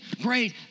great